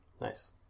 Nice